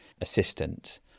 assistant